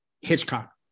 Hitchcock